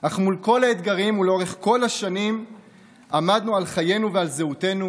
אך מול כל האתגרים ולאורך כל השנים עמדנו על חיינו ועל זהותנו,